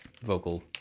vocal